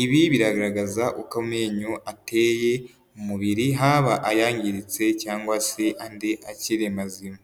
ibi biragaragaza uko amenyo ateye mu mubiri, haba ayangiritse cyangwa se andi akiri mazima